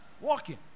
Walking